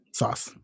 sauce